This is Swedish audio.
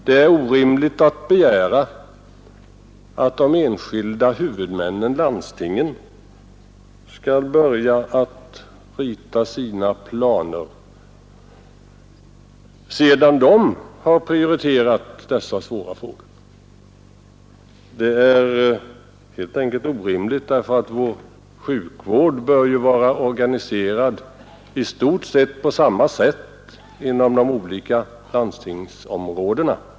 Det är orimligt att begära att de enskilda huvudmännen — landstingen — skall börja att rita upp sina planer sedan de har prioriterat dessa svåra frågor. Det är helt enkelt orimligt därför att sjukvården bör vara organiserad i stort sett på samma sätt inom de olika landstingsområdena.